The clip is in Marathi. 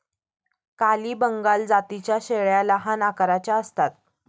काली बंगाल जातीच्या शेळ्या लहान आकाराच्या असतात